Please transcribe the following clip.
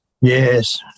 yes